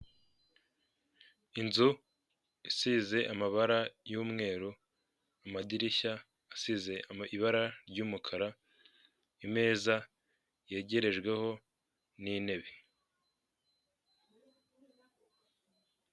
Inzu isize amabara y'umweru, amadirishya asize ibara ry'umukara, imeza yegerejweho n'intebe.